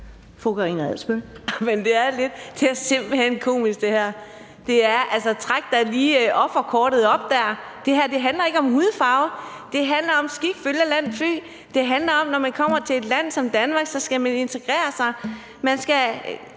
(DF): Jamen det er simpelt hen komisk det her. Altså, træk da lige offerkortet op, der! Det her handler ikke om hudfarve. Det handler om skik følge eller land fly. Det handler om, at når man kommer til et land som Danmark, skal man integrere sig. Man skal